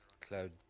cloud